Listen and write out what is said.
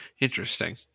interesting